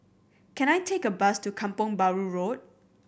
can I take a bus to Kampong Bahru Road